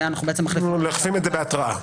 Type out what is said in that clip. ואנחנו מחליפים את זה בהתראה.